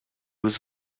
was